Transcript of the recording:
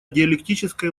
диалектической